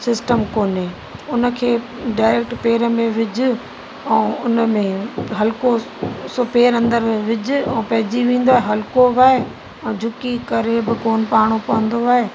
system कोन्हे उन खे डारेक्ट पेरनि में विझि ऐं उन में हल्को सो पेर अंदरि विझि ऐं पइजी वेंदो आहे हल्को बि आहे ऐं झुकी करे बि कोन पाइणो पवंदो आहे